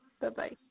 bye-bye